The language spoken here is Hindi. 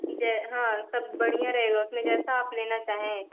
जे हाँ सब बढ़िया रहेगा उसमें जैसा आप लेना चाहें